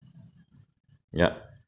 yup